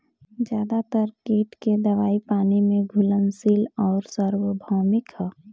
ज्यादातर कीट के दवाई पानी में घुलनशील आउर सार्वभौमिक ह?